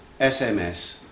SMS